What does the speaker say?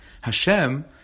Hashem